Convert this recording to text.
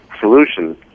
solution